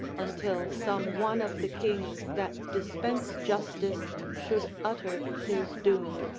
until some one of the kings that dispense justice should utter his doom,